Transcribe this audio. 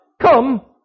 come